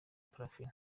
parfine